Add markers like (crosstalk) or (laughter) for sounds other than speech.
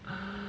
(breath)